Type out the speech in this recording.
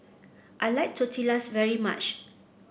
I like Tortillas very much